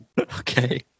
Okay